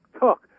took